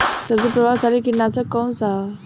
सबसे प्रभावशाली कीटनाशक कउन सा ह?